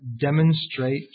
demonstrate